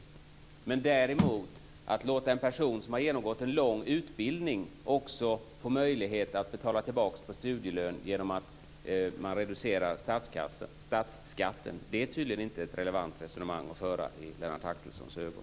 Att man däremot ska låta en person som har genomgått en lång utbildning också få möjlighet att betala tillbaka på studielånet genom att reducera statsskatten är tydligen inte ett relevant resonemang att föra i Lennart Axelssons ögon.